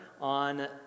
on